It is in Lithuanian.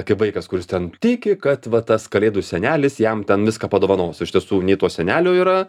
kaip vaikas kuris ten tiki kad va tas kalėdų senelis jam ten viską padovanos o iš tiesų nei to senelio yra